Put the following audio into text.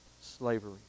slavery